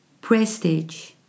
Prestige